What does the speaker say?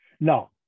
Now